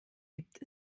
gibt